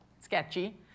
Sketchy